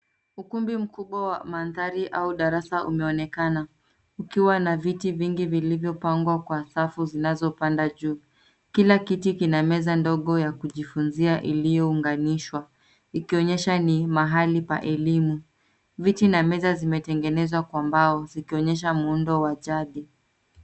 Ukumbi mkubwa wa mandhari au darasa umeonekana ukiwa na viti vingi vilivyopangwa kwa safu zinazopanda juu. Kila kiti kina meza ndogo ya kujifunzia iliyounganishwa, ikionyesha ni mahali pa elimu. Viti na meza zimetegenezwa kwa mbao zikionyesha muundo wa jadi.